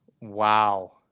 Wow